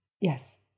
yes